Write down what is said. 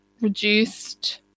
reduced